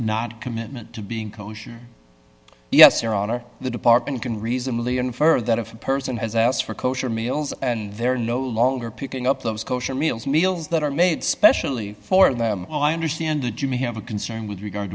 not commitment to being kosher yes your honor the department can reasonably infer that if a person has asked for kosher meals and they're no longer picking up those kosher meals meals that are made specially for them i understand that you may have a concern with regard